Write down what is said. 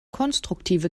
konstruktive